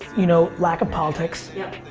you know, lack of politics. yep.